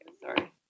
Sorry